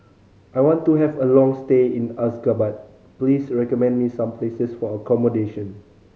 I want to have a long stay in Ashgabat Please recommend me some places for accommodation